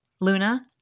Luna